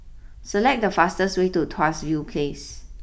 select the fastest way to Tuas view place